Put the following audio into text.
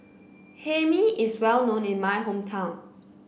Hae Mee is well known in my hometown